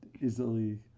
easily